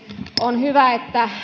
on hyvä että